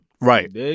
Right